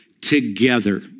together